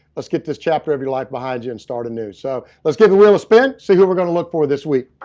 let's get this chapter of your life behind you and start anew. so let's give the wheel a spin and see who we're going to look for this week.